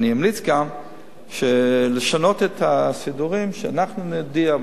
ואני אמליץ גם לשנות את הסידורים שאנחנו נודיע,